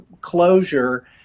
closure